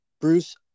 Bruce